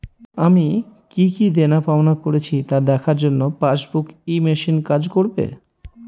আমি কি কি দেনাপাওনা করেছি তা দেখার জন্য পাসবুক ই মেশিন কাজ করবে?